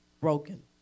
broken